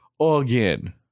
Again